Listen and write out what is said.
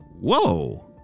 Whoa